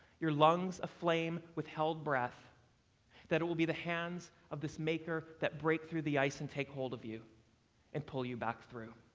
your lungs aflame with held breath that it will be the hands of this maker that break through the ice and take hold of you and pull you back through.